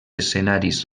escenaris